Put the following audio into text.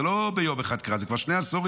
זה לא קרה ביום אחד, זה כבר שני עשורים.